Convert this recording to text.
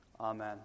Amen